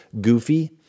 goofy